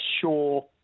sure